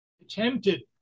attempted